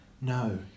no